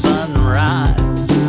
Sunrise